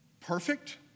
perfect